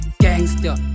gangster